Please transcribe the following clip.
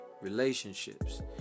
relationships